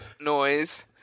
noise